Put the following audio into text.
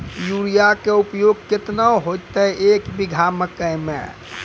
Urea के उपयोग केतना होइतै, एक बीघा मकई मे?